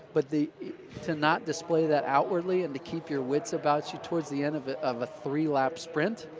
but the to not display that outwardly and to keep your wits about you towards the ends of of a three-lap sprint,